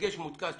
ודגש מודגש,